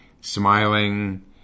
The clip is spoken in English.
smiling